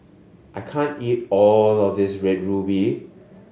I can't eat all of this Red Ruby